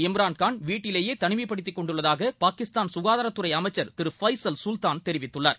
இம்ரான்கான்வீட்டிலேயேதனிமைப்படுத்திக்கொண்டுள்ளதாகபாகிஸ்தான் ககாதாரத்துறைஅமைச்சர் திரு திரு ஃபைசல் சுல்தான் தெரிவித்துள்ளார்